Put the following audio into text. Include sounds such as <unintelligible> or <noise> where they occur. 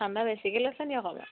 <unintelligible>